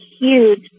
huge